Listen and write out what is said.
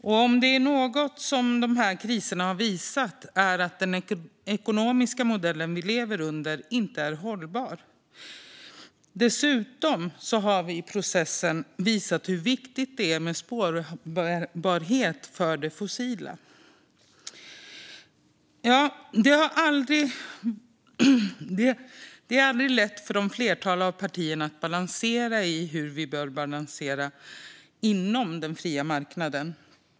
Om det är något som de här kriserna har visat är det att den ekonomiska modell som vi lever under inte är hållbar. Dessutom har vi i processen visat hur viktigt det är med spårbarhet för det fossila. Det är aldrig lätt för ett flertal av partierna när det gäller hur vi bör balansera inom den fria marknaden.